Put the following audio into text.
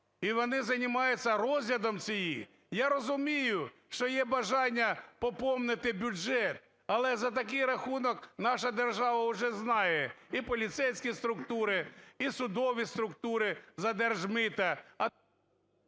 і вони займаються розглядом цього. Я розумію, що є бажання поповнити бюджет, але за такий рахунок… Наша держава уже знає: і поліцейські структури, і судові структури за держмита…